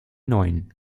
neuen